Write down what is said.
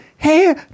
Hey